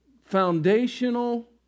foundational